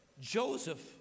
Joseph